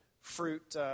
fruit